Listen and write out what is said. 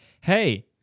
hey